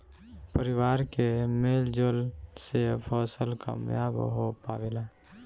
परिवार के मेल जोल से फसल कामयाब हो पावेला